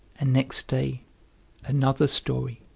and next day another story,